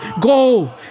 Go